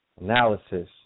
Analysis